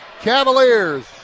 cavaliers